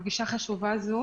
הפשיעה המאורגנת,